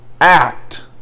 act